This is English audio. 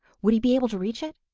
would he be able to reach it?